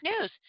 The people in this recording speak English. news